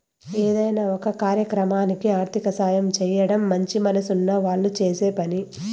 ఏదైనా ఒక కార్యక్రమానికి ఆర్థిక సాయం చేయడం మంచి మనసున్న వాళ్ళు చేసే పని